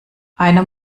einer